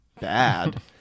bad